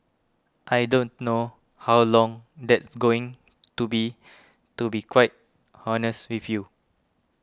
I don't know how long that's going to be to be quite honest with you